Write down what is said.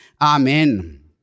Amen